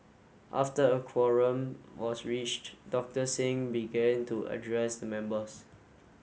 after a quorum was reached Doctor Singh began to address the members